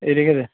এই রেখে দে